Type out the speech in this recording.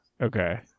Okay